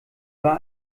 war